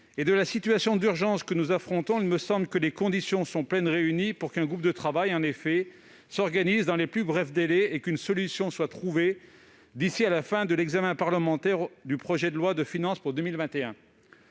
-et de la situation d'urgence que nous affrontons, il me semble que les conditions sont pleinement réunies pour qu'un groupe de travail soit constitué dans les plus brefs délais et qu'une solution soit trouvée d'ici à la fin de l'examen du projet de loi de finances pour 2021